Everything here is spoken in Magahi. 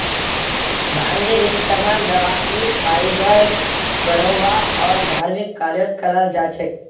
भांगेर इस्तमाल दवाई फाइबर बनव्वा आर धर्मिक कार्यत कराल जा छेक